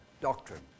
doctrine